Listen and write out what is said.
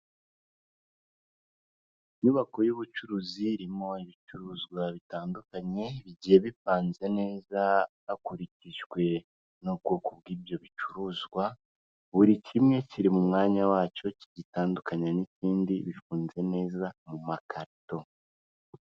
Inyubako y'ubucuruzi irimo ibicuruzwa bitandukanye bigiye bipanze neza hakurikijwe n'ubwoko bw'ibyo bicuruzwa, buri kimwe kiri mu mwanya wacyo kigitandukanye n'ikindi bifunze neza mu makarito.